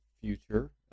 future